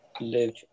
live